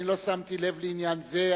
לא שמתי לב לעניין זה.